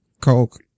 coke